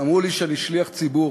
אמרו לי שאני שליח ציבור.